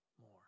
more